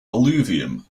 alluvium